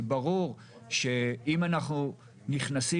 כי ברור שאם אנחנו נכנסים,